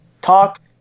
Talk